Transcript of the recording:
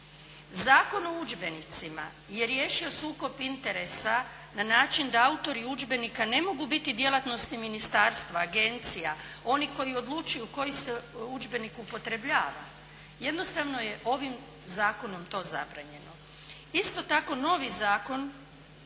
Zakon o udžbenicima je riješio sukob interesa na način na autori udžbenika ne mogu biti djelatnosti ministarstva, agencija, oni koji odlučuju koji se udžbenik upotrebljava. Jednostavno je ovim zakonom to zabranjeno. Isto tako novi zakon